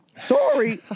Sorry